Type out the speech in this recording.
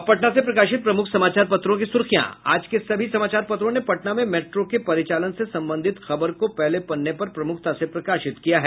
अब पटना से प्रकाशित प्रमुख समाचार पत्रों की सुर्खियां आज के सभी समाचार पत्रों ने पटना में मेट्रो के परिचालन से संबंधित खबरों को पहले पन्ने पर प्रमूखता से प्रकाशित किया है